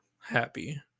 happy